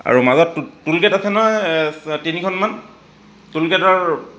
আৰু মাজত টোলগেট আছে নহয় তিনিখনমান টোলগেটৰ